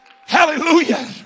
hallelujah